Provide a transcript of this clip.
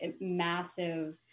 massive